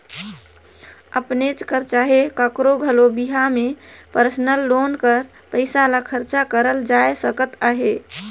अपनेच कर चहे काकरो घलो बिहा में परसनल लोन कर पइसा ल खरचा करल जाए सकत अहे